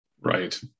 Right